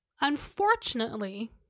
Unfortunately